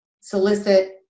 solicit